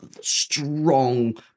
strong